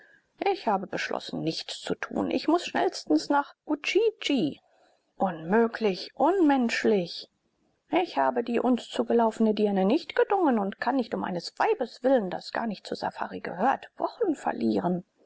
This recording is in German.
ich habe beschlossen nichts zu tun ich muß schnellstens nach udjidji unmöglich unmenschlich ich habe die uns zugelaufene dirne nicht gedungen und kann nicht um eines weibes willen das gar nicht zur safari gehört wochen verlieren